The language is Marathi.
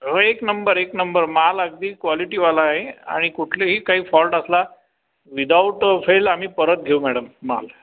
अहो एक नंबर एक नंबर माल अगदी क्वालिटीवाला आहे आणि कुठलाही काही फॉल्ट असला विदाऊट फेल आम्ही परत घेऊ मॅडम माल